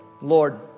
Lord